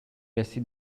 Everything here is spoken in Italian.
resti